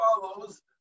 follows